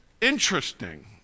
interesting